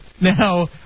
Now